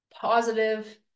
positive